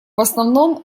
основном